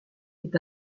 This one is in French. est